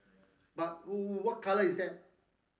but wh~ what colour is that